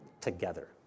together